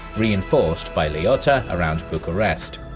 reinforced by laiota around bucharest.